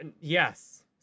yes